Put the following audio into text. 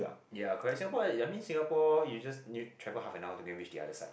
ya correct Singapore ya I mean Singapore you just travel half and hour to go and reach the other side